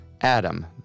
Adam